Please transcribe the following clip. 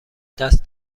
دست